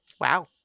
Wow